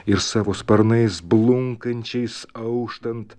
ir savo sparnais blunkančiais auštant